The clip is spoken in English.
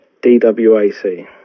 DWAC